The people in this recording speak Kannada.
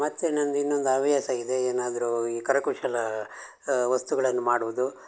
ಮತ್ತು ನಂದು ಇನ್ನೊಂದು ಹವ್ಯಾಸ ಇದೆ ಏನಾದರೂ ಈ ಕರಕುಶಲ ವಸ್ತುಗಳನ್ನ ಮಾಡೋದು